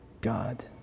God